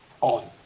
on